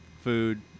food